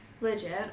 Legit